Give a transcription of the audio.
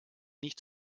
nicht